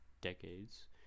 Decades